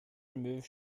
removed